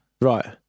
Right